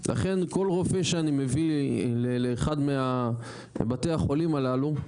לכן כל רופא שאני מביא לאחד מבתי החולים הללו,